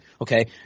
Okay